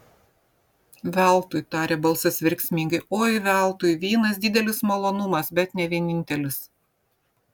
veltui tarė balsas verksmingai oi veltui vynas didelis malonumas bet ne vienintelis